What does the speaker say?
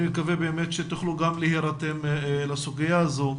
אני מקווה באמת שתוכלו גם להירתם לסוגיה הזו.